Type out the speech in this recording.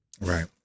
Right